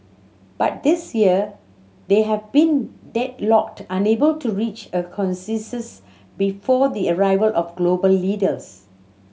but this year they have been deadlocked unable to reach a consensus before the arrival of global leaders